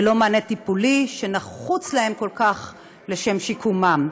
ללא מענה טיפולי שנחוץ להם כל כך לשם שיקומם.